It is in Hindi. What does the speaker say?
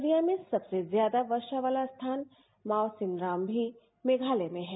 दुनिया में सबसे ज्यादा वर्षा वाला स्थान मावसिनराम भी मेघातय में है